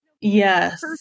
Yes